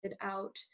out